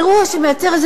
אירוע שמייצר איזה